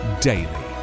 daily